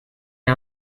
est